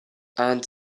aunt